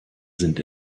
sind